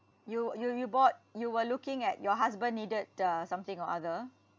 you you you bought you were looking at your husband needed uh something or other